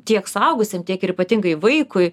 tiek suaugusiem tiek ir ypatingai vaikui